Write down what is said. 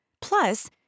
Plus